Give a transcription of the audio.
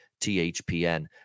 THPN